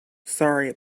sorry